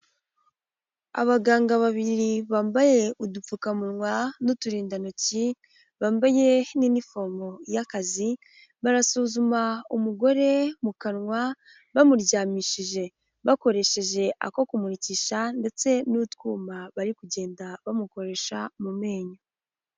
Abaganga babiri bambaye udupfukamunwa n'uturindantoki, bambaye n'inifomo y'akazi, barasuzuma umugore mu kanwa bamuryamishije, bakoresheje ako kumurikisha ndetse n'utwuma bari kugenda bamukoresha mu menyo.